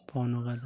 phone ᱟᱠᱟᱫᱟ